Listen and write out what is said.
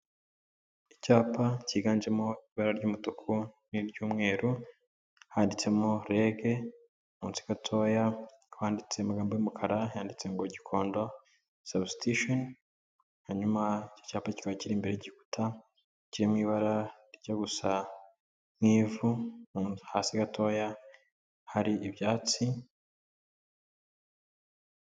Icyapa cyiganjemo ibara ry'umutuku n'iry'umweru handitsemo REG munsi gatoya hakaba handitse amagambo y'umukara yanditse ngo Gikondo sabusitisheni, hanyuma icyo cyapa kikaba kiri imbere y'igikuta kirimo ibara rijya gusa nk'ivu, hasi gatoya hari ibyatsi.